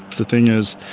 the thing is,